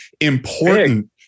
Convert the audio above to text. important